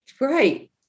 Right